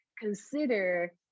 consider